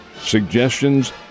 suggestions